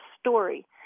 story